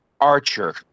Archer